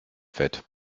fett